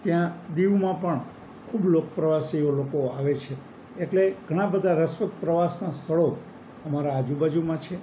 ત્યાં દીવમાં પણ ખૂબ લોક પ્રવાસીઓ લોકો આવે છે એટલે ઘણાં બધા રસપ્રદ પ્રવાસનાં સ્થળો અમારા આજુબાજુમાં છે